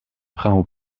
frau